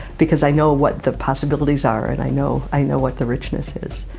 because i know what the possibilities ah are, and i know i know what the richness is.